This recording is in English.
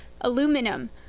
aluminum